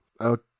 okay